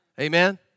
Amen